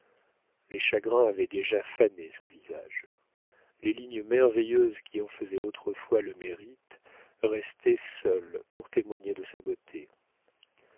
les chagrins avaient déjà fané ce visage les lignes merveilleuses qui en faisaient autrefois le mérite restaient seules pour témoigner de sa beauté